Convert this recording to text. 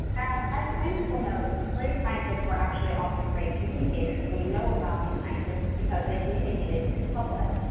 as many people know, great scientists were actually also great communicators. we know about these scientists because they communicated to the public.